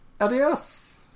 adios